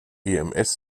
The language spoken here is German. ems